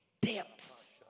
depth